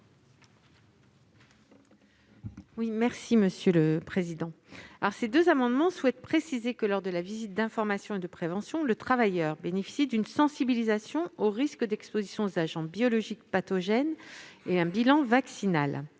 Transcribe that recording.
Quel est l'avis de la commission ? Ces deux amendements tendent à préciser que, lors de la visite d'information et de prévention, le travailleur bénéficie d'une sensibilisation au risque d'exposition aux agents biologiques pathogènes et d'un bilan vaccinal.